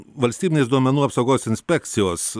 valstybinės duomenų apsaugos inspekcijos